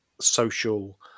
social